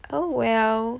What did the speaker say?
oh well